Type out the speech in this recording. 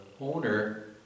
owner